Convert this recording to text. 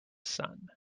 sun